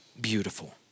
beautiful